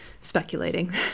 speculating